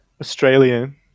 Australian